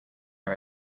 are